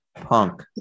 Punk